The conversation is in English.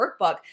workbook